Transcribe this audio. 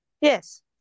Yes